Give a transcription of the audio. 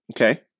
okay